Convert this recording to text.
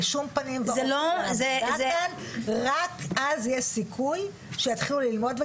רק אז יש סיכוי שיתחילו ללמוד.